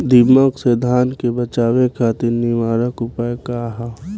दिमक से धान के बचावे खातिर निवारक उपाय का ह?